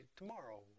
tomorrow